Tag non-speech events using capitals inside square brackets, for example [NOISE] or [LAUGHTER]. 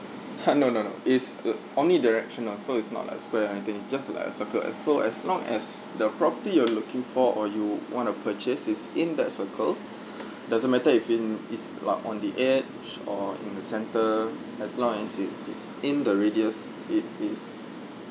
ha no no no it's uh omnidirectional so it's not like a square or anything it's just like a circle as so as long as the property you're looking for or you want to purchase is in that circle [BREATH] doesn't matter if in it's about on the edge or in the centre as long as it is in the radius it is